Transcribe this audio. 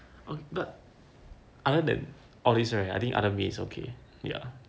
but other than all these right I think other meat okay ya